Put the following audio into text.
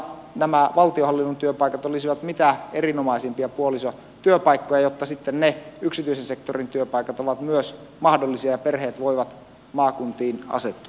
nämä valtionhallinnon työpaikat olisivat mitä erinomaisimpia puolisotyöpaikkoja jotta sitten ne yksityisen sektorin työpaikat ovat myös mahdollisia ja perheet voivat maakuntiin asettua